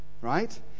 right